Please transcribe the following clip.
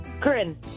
Corinne